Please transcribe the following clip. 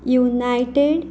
united